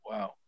Wow